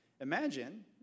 Imagine